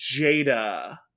Jada